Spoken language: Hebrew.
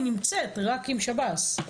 היא נמצאת רק עם שב"ס,